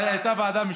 הייתה ועדה משותפת.